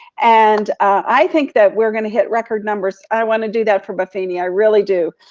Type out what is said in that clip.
and i think that we're gonna hit record numbers. i wanna do that for bervenia, i really do.